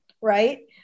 right